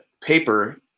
paper